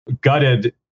gutted